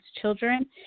children